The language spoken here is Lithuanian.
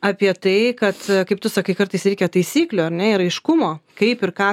apie tai kad kaip tu sakai kartais reikia taisyklių ar ne ir aiškumo kaip ir ką